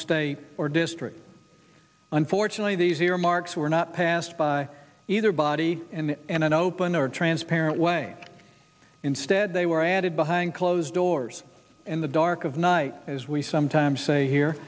state or district unfortunately these earmarks were not passed by either body and in an open or transparent way instead they were added behind closed doors in the dark of night as we sometimes say here